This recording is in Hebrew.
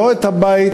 לא את הבית,